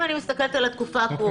אבל אם אני מסתכלת על התקופה הקרובה,